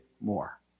more